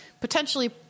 potentially